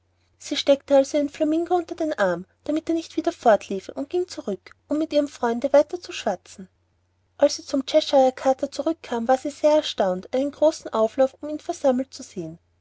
sie steckte also ihren flamingo unter den arm damit er nicht wieder fortliefe und ging zurück um mit ihrem freunde weiter zu schwatzen als sie zum cheshire kater zurück kam war sie sehr erstaunt einen großen auflauf um ihn versammelt zu sehen